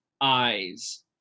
eyes